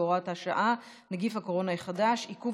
הוראת שעה) (נגיף הקורונה החדש) (עיכוב